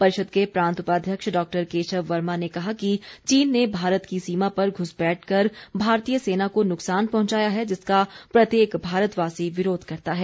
परिषद के प्रांत उपाध्यक्ष डॉक्टर केशव वर्मा ने कहा कि चीन ने भारत की सीमा पर घुसपैठ कर भारतीय सेना को नुकसान पहुंचाया है जिसका प्रत्येक भारतवासी विरोध करता है